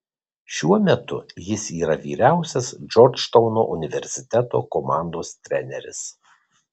šiuo metu jis yra vyriausias džordžtauno universiteto komandos treneris